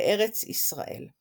בארץ ישראל.